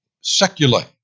secular